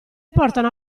portano